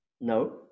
no